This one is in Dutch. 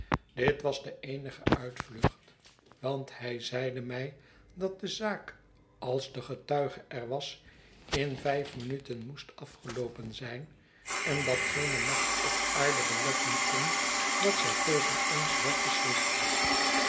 dit was de eenige uitvlucht want hi zeide mij dat de zaak als de getuige er was in vijf minuten moest afgeloopen zijn en dat geene macht op aarde beletten kon dat zij tegen ons werd beslist